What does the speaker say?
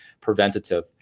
preventative